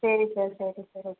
சரி சார் சரி sir okay